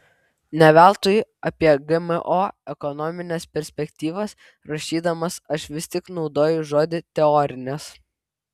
ne veltui apie gmo ekonomines perspektyvas rašydamas aš vis tik naudoju žodį teorinės